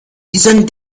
isn’t